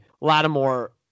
Lattimore